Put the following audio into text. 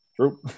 True